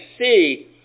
see